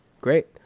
great